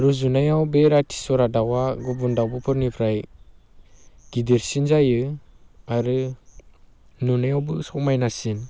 रुजुनायाव बे राथिसरा दाउआ गुबुन दावब'फोरनिफ्राय गिदिरसिन जायो आरो नुनायावबो समायनासिन